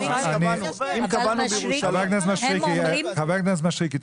חבר הכנסת מישרקי,